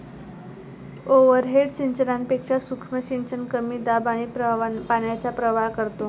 overhead सिंचनापेक्षा सूक्ष्म सिंचन कमी दाब आणि पाण्याचा प्रवाह वापरतो